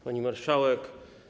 Pani Marszałek!